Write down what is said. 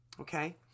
Okay